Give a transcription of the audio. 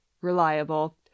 reliable